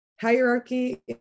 hierarchy